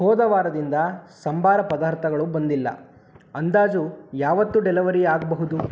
ಹೋದ ವಾರದಿಂದ ಸಂಬಾರ ಪದಾರ್ಥಗಳು ಬಂದಿಲ್ಲ ಅಂದಾಜು ಯಾವತ್ತು ಡೆಲಿವರಿ ಆಗಬಹುದು